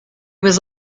was